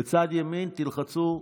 בצד ימין תלחצו.